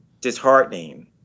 disheartening